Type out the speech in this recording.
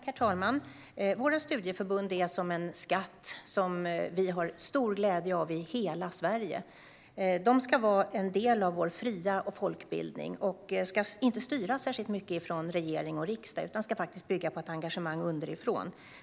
Herr talman! Våra studieförbund är som en skatt som vi har stor glädje av i hela Sverige. De ska vara en del av vår fria folkbildning. De ska inte styras särskilt mycket av regering och riksdag utan bygga på ett engagemang underifrån.